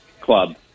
Club